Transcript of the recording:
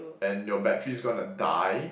and your battery's gonna die